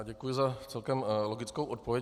Děkuji za celkem logickou odpověď.